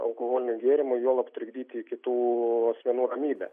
alkoholinių gėrimų juolab trukdyti kitų asmenų ramybę